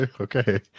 Okay